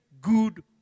good